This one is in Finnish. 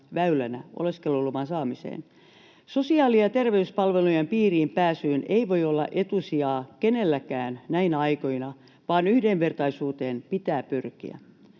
väylänä oleskeluluvan saamiseen. Sosiaali- ja terveyspalvelujen piiriin pääsyyn ei voi olla etusijaa kenelläkään näinä aikoina vaan yhdenvertaisuuteen pitää pyrkiä.